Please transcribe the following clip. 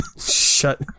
Shut